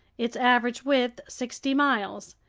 its average width sixty miles.